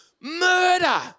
Murder